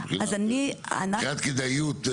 מבחינת כדאיות.